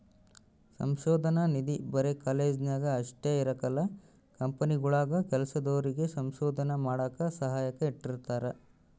ಸಂಶೋಧನಾ ನಿಧಿ ಬರೆ ಕಾಲೇಜ್ನಾಗ ಅಷ್ಟೇ ಇರಕಲ್ಲ ಕಂಪನಿಗುಳಾಗೂ ಕೆಲ್ಸದೋರಿಗೆ ಸಂಶೋಧನೆ ಮಾಡಾಕ ಸಹಾಯಕ್ಕ ಇಟ್ಟಿರ್ತಾರ